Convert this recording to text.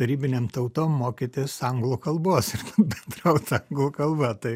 tarybinėm tautom mokytis anglų kalbos bendraut anglų kalba tai